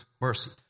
Mercy